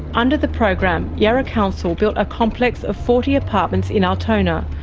under the program, yarra council built a complex of forty apartments in altona,